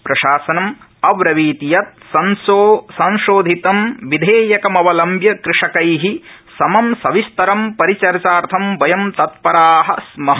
प्रशासनं अब्रवीत् यत् संशोधितं विधेयकमवलम्ब्य कृषकैः समं सविस्तरं परिचर्चार्थ वयं तत्परा स्मः